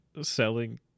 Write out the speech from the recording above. selling